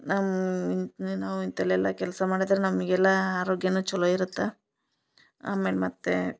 ನಮ್ಮ ಇಂತ್ನೆ ನಾವು ಇಂತಲ್ಲಿ ಎಲ್ಲ ಕೆಲಸ ಮಾಡಿದ್ರ ನಮಗೆಲ್ಲಾ ಆರೋಗ್ಯನೂ ಚಲೋ ಇರತ್ತ ಆಮೇಲೆ ಮತ್ತೆ